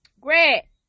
great